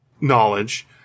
knowledge